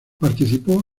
participó